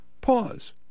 pause